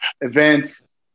events